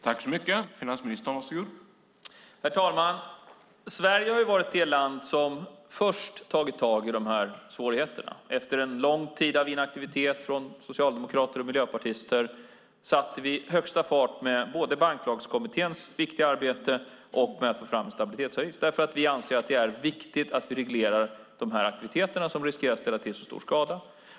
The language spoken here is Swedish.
Herr talman! Sverige har varit det land som först har tagit tag i dessa svårigheter. Efter en lång tid av inaktivitet från socialdemokrater och miljöpartister satte vi högsta fart med både Banklagskommitténs viktiga arbete och med att få fram en stabilitetsavgift. Vi anser nämligen att det är viktigt att reglera dessa aktiviteter som riskerar att ställa till så stor skada.